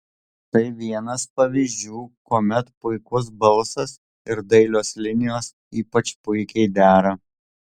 tai vienas pavyzdžių kuomet puikus balsas ir dailios linijos ypač puikiai dera